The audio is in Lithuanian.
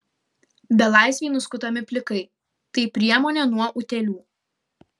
belaisviai nuskutami plikai tai priemonė nuo utėlių